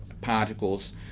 particles